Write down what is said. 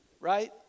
right